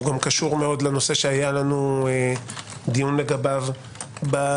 הוא גם קשור מאוד לנושא שהיה לנו דיון לגביו בשבועות